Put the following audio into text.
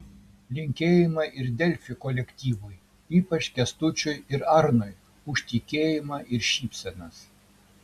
linkėjimai ir delfi kolektyvui ypač kęstučiui ir arnui už tikėjimą ir šypsenas